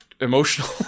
emotional